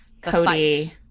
Cody